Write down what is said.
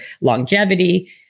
longevity